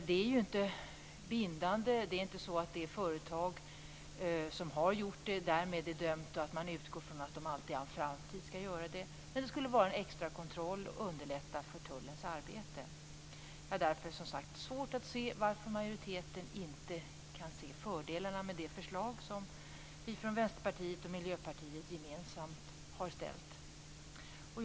Det är inte bindande. Det är inte så att de företag som har gjort detta därmed är dömda, och att man utgår från att de alltid i all framtid skall göra det. Men det skulle vara en extra kontroll, och det skulle underlätta tullens arbete. Jag har därför som sagt svårt att se varför majoriteten inte kan se fördelarna med det förslag som vi från Vänsterpartiet och Miljöpartiet gemensamt har kommit med.